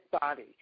Body